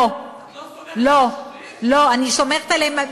את לא סומכת על המשטרה?